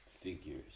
figures